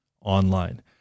online